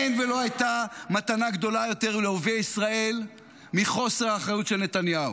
אין ולא הייתה מתנה גדולה יותר לאויבי ישראל מחוסר האחריות של נתניהו.